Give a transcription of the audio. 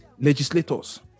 legislators